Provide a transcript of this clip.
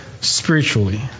spiritually